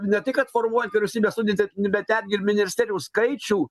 ne tai kad formuojant vyriausybės sudėtį bet netgi ir ministerijų skaičių